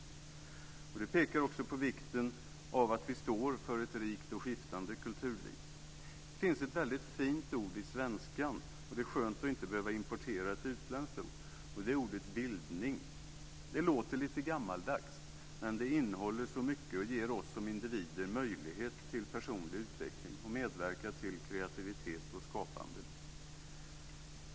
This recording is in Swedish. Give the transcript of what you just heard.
Och det pekar också på vikten av att vi står för ett rikt och skiftande kulturliv. Det finns ett väldigt fint ord i svenskan, och det är skönt att inte behöva importera ett utländskt ord, och det ordet är bildning. Det låter lite gammaldags, men det innehåller så mycket och ger oss som individer möjlighet till personlig utveckling och medverkar till kreativitet och skapande.